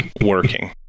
working